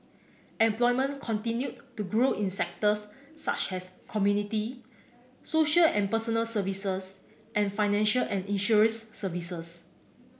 employment continued to grow in sectors such as community social and personal services and financial and insurance services